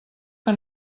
que